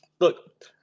Look